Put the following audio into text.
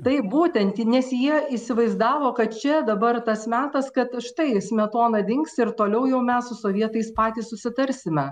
taip būtent nes jie įsivaizdavo kad čia dabar tas metas kad štai smetona dings ir toliau jau mes su sovietais patys susitarsime